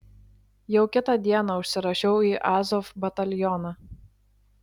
jau kitą dieną užsirašiau į azov batalioną